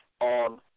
on